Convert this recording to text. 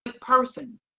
person